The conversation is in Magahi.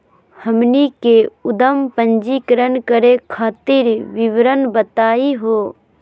हमनी के उद्यम पंजीकरण करे खातीर विवरण बताही हो?